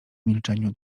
milczeniu